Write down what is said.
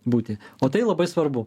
būti o tai labai svarbu